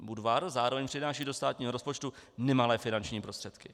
Budvar zároveň přináší do státního rozpočtu nemalé finanční prostředky.